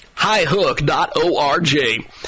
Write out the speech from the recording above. highhook.org